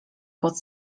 pod